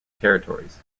territories